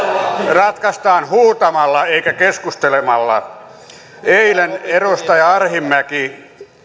ratkaistaan huutamalla eikä keskustelemalla eilen edustaja arhinmäki